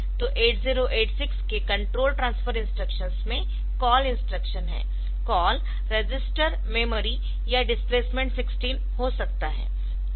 तो 8086 के control transfer instructions में कॉल इंस्ट्रक्शन है कॉल रजिस्टर मेमोरी या डिस्प्लेसमेंट 16 CALL regmemdisp 16 हो सकता है